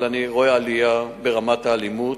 אבל אני רואה עלייה ברמת האלימות.